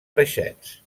peixets